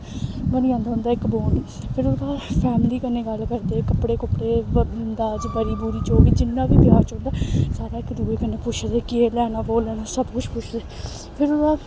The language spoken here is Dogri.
बनी जंदा उं'दा इक बांड फिर ओह्दे बाद फैमली कन्नै गल्ल करदे कपड़े कुपड़े दाज बरी बूरी जो बी जि'न्ना ब्याह् च होंदा सारा इक दूए कन्नै पुच्छदे केह् लैना वो लैना सब कुछ पुच्छदे फिर उ'दे बाद